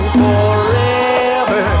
forever